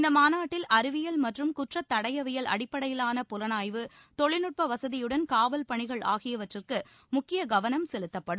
இந்த மாநாட்டில் அறிவியல் மற்றும் குற்றத்தடயவியல் அடிப்படையிலான புலனாய்வு தொழில்நுட்ப வசதியுடன் காவல்பணிகள் ஆகியவற்றிற்கு முக்கிய கவனம் செலுத்தப்படும்